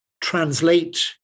translate